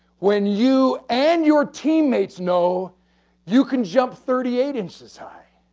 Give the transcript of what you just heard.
when you and your teammates know you can jump thirty eight inches high?